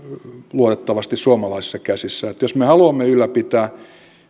luotettavasti suomalaisissa käsissä eli jos me haluamme ylläpitää